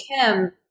kim